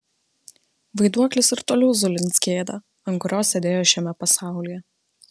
vaiduoklis ir toliau zulins kėdę ant kurios sėdėjo šiame pasaulyje